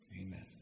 Amen